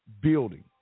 building